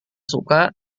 suka